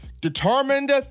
determined